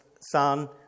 son